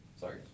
Sorry